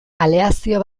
aleazio